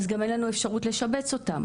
אז גם אין לנו אפשרות לשבץ אותם.